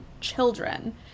children